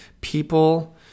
people